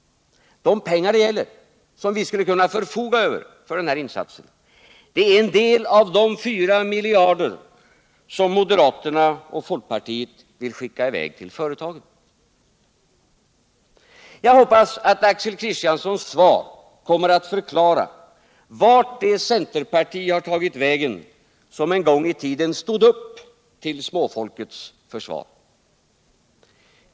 De pengar det gäller, som vi skulle kunna förfoga över för den här insatsen, är en del av de 4 miljarder som moderaterna och folkpartiet vill skicka iväg till företagen. Jag hoppas att Axel Kristianssons svar kommer att förklara vart det centerparti har tagit vägen som en gång i tiden stod upp till småfolkets försvar.